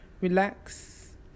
relax